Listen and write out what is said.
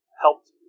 helped